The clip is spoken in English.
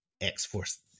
X-Force